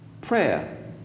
Prayer